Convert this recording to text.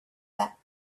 back